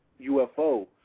UFO